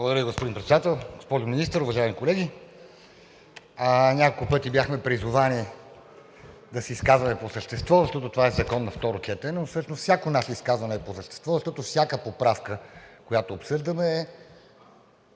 Благодаря, господин Председател. Госпожо Министър, уважаеми колеги! Няколко пъти бяхме призовани да се изказваме по същество, защото това е закон за второ четене, но всъщност всяко наше изказване е по същество. Защото всяка поправка, която обсъждаме, е